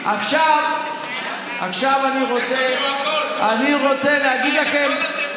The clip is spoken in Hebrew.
עכשיו אני רוצה להגיד לכם, אתם תביאו הכול.